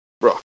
bro